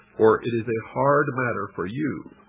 for it is a hard matter for you,